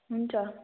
हुन्छ